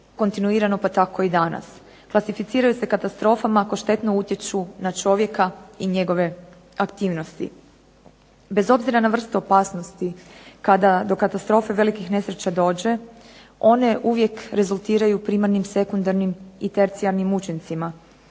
kontinuirano pa tako i danas. Klasificiraju se katastrofama ako štetno utječu na čovjeka i njegove aktivnosti. Bez obzira na vrstu opasnosti kada do katastrofe velikih nesreća dođe one uvijek rezultiraju primarnim sekundarnim i tercijarnim učincima.